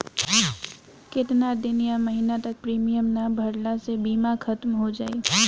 केतना दिन या महीना तक प्रीमियम ना भरला से बीमा ख़तम हो जायी?